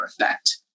effect